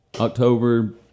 October